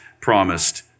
promised